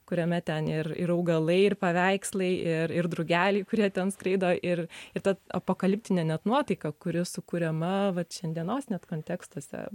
kuriame ten ir ir augalai ir paveikslai ir ir drugeliai kurie ten skraido ir ir ta apokaliptinė net nuotaika kuri sukuriama vat šiandienos net kontekstuose